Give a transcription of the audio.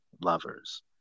lovers